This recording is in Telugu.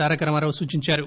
తారకరామారావు సూచించారు